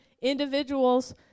individuals